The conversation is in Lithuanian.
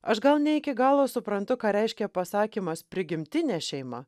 aš gal ne iki galo suprantu ką reiškia pasakymas prigimtinė šeima